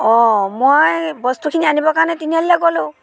অঁ মই বস্তুখিনি আনিব কাৰণে তিনিআলিলৈ গ'লোঁ